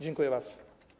Dziękuję bardzo.